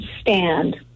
stand